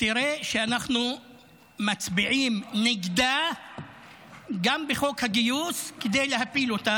תראה שאנחנו מצביעים נגדה גם בחוק הגיוס כדי להפיל אותה,